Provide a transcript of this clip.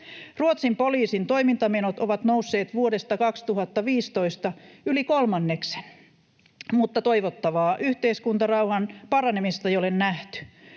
Ruotsin poliisin toimintamenot ovat nousseet vuodesta 2015 yli kolmanneksen, mutta toivottavaa yhteiskuntarauhan paranemista ei ole nähty.